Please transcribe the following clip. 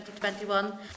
2021